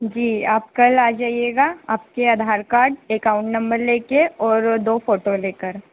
जी आप कल आ जाइएगा आपके आधार कार्ड एकाउंट नंबर लेके और दो फोटो लेकर